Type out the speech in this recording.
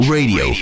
Radio